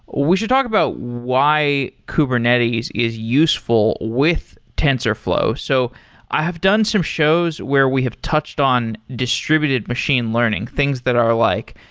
we should talk about why kubernetes is useful with tensorflow. so i have done some shows where we have touched on distributed machine learning, things that are like,